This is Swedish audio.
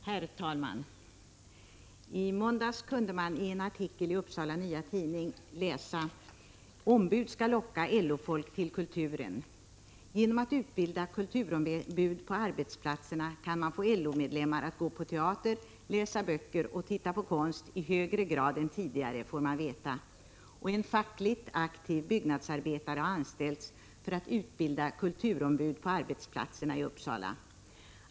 Fru talman! I måndags kunde man i en artikel i Upsala Nya Tidning läsa: ”Ombud skall locka LO-folk till kulturen”. Genom att utbilda kulturombud på arbetsplatserna kan man få LO-medlemmar att gå på teater, läsa böcker och titta på konst i högre grad än tidigare, får man veta, och en fackligt aktiv byggnadsarbetare har anställts för att utbilda kulturombud på arbetsplatserna i Uppsala.